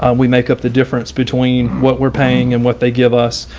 um we make up the difference between what we're paying and what they give us.